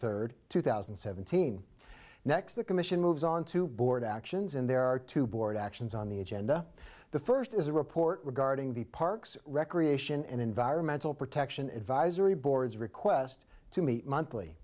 third two thousand and seventeen next the commission moves on to board actions and there are two board actions on the agenda the first is a report regarding the parks recreation and environmental protection advisory boards request to meet monthly